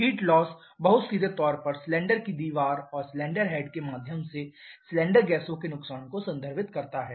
heat loss बहुत सीधे तौर पर सिलिंडर की दीवार और सिलेंडर हेड के माध्यम से सिलेंडर गैसों के नुकसान को संदर्भित करता है